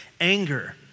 Anger